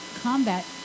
combat